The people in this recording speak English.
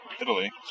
Italy